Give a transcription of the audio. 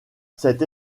cette